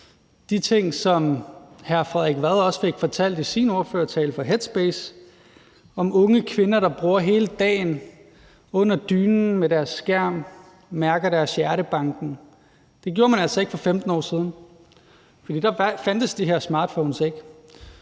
de ting, som hr. Frederik Vad også fortalte om fra Headspace i sin ordførertale – om unge kvinder, der bruger hele dagen under dynen med deres skærm og mærker deres hjertebanken. Det gjorde man altså ikke for 15 år siden, for der fandtes de her smartphones ikke.